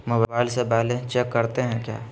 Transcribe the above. Mobile से balance check करते हैं क्या?